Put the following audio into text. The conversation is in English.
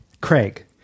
Craig